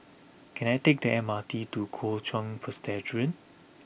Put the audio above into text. can I take the M R T to Kuo Chuan Presbyterian